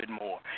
more